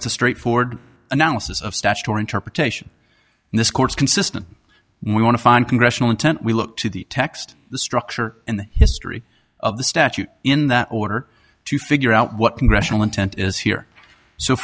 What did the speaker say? it's a straightforward analysis of statutory interpretation and this court's consistent we want to find congressional intent we look to the text the structure and the history of the statute in that order to figure out what congressional intent is here so